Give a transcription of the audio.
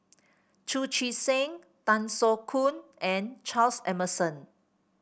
Chu Chee Seng Tan Soo Khoon and Charles Emmerson